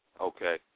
Okay